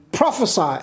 Prophesy